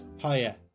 Higher